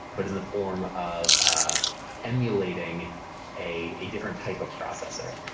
but in the form of ah emulating a a different type of processor.